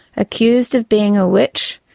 accused of being a witch,